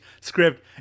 script